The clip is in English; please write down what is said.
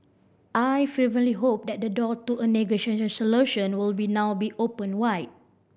I fervently hope that the door to a negotiated solution will be now be opened wide